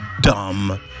dumb